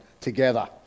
together